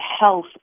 health